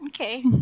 Okay